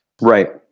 Right